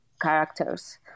characters